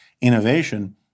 innovation